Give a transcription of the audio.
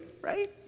right